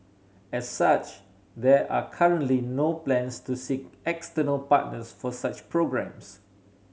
as such there are currently no plans to seek external partners for such programmes